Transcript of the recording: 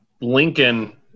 Lincoln